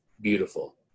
beautiful